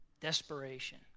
Desperation